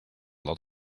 lot